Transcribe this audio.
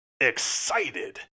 excited